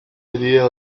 idea